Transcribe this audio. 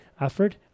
effort